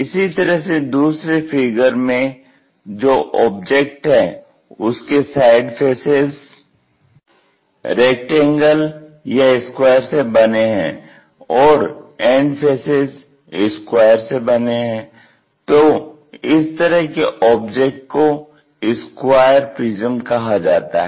इसी तरह से दूसरे फिगर में जो ऑब्जेक्ट है उसके साइड फेसेज़ रेक्टेंगल या स्क्वायर से बने हैं और एंड फेसेज़ स्क्वायर से बने हैं तो इस तरह के ऑब्जेक्ट को स्क्वायर प्रिज्म कहा जाता है